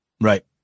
Right